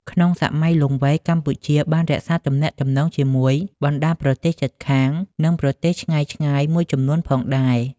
ក្នុងសម័យលង្វែក កម្ពុជាបានរក្សាទំនាក់ទំនងជាមួយបណ្ដាប្រទេសជិតខាង និងប្រទេសឆ្ងាយៗមួយចំនួនផងដែរ។